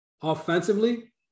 offensively